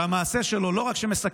שימו לנגד עיניכם שהמעשה שלו לא רק מסכן